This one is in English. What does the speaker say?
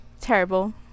terrible